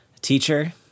teacher